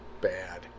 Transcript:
Bad